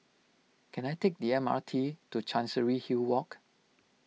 can I take the M R T to Chancery Hill Walk